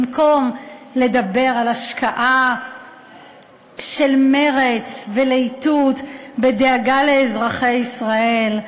במקום לדבר על השקעה של מרץ ולהיטות בדאגה לאזרחי ישראל,